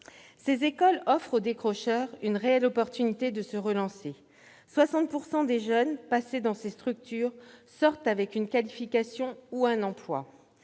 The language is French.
Ces écoles offrent aux décrocheurs une réelle opportunité de se relancer : 60 % des jeunes passés dans ces structures en sortent avec une qualification ou un emploi.